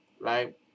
right